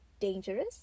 dangerous